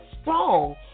strong